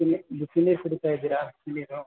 ಇಲ್ಲಿ ಬಿಸಿ ನೀರು ಕುಡೀತ ಇದ್ದೀರಾ ಇಲ್ಲಿಯದು